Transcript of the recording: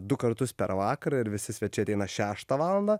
du kartus per vakarą ir visi svečiai ateina šeštą valandą